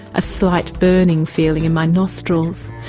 a slight burning feeling in my nostrils,